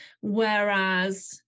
whereas